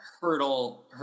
hurdle